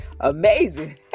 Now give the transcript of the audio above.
amazing